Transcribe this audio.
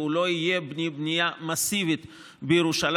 והוא לא יהיה בלי בנייה מסיבית בירושלים.